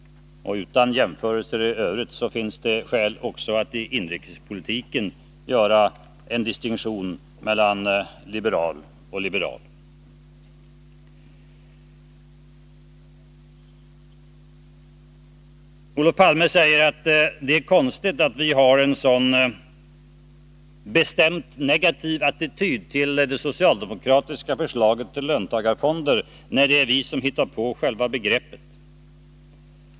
Utan jämförelse i övrigt finns det skäl att också i inrikespolitiken göra en distinktion mellan liberal och liberal. Olof Palme säger att det är konstigt att vi har en så negativ attityd till det socialdemokratiska förslaget till löntagarfonder, när det är vi som har hittat på själva begreppet.